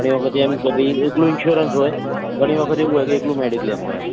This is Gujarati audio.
ઘણી વખત એમ કે ભઈ એકલો ઈન્શ્યુરન્સ હોય કે ઘણી વખત એવું હોય કે એકલું મેડિક્લેમ હોય એમ